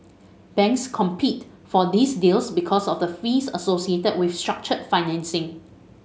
banks compete for these deals because of the fees associated with structured financing